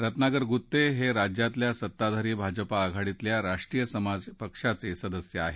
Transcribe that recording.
रत्नाकर गुत्ते हे राज्यातल्या सत्ताधारी भाजपा आघाडीतल्या राष्ट्रीय समाज पक्षाचे सदस्य आहेत